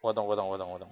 我懂我懂我懂我懂